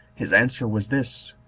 his answer was this,